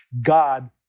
God